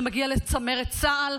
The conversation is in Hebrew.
זה מגיע לצמרת צה"ל.